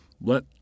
Let